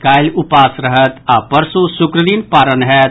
काल्हि उपास रहत आओर परसो शुक्र दिन पारन होयत